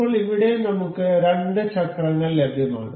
ഇപ്പോൾ ഇവിടെ നമുക്ക് രണ്ട് ചക്രങ്ങൾ ലഭ്യമാണ്